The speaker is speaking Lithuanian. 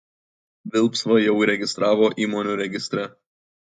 vilspą jau įregistravo įmonių registre